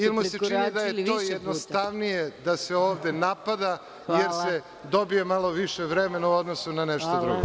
i mu se čini da je to jednostavnije da se ovde napada jer se dobije malo više vremena u odnosu ne nešto drugo.